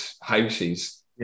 houses